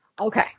Okay